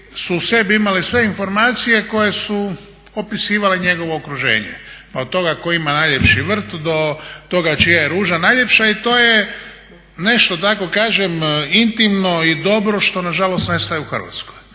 u sebi imali sve informacije koje su opisivale njegovo okruženje. Pa od toga ko ima najljepši vrt do toga čija je ruža najljepša i to je nešto da tako kažem intimno i dobro što nažalost nestaje u Hrvatskoj.